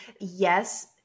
yes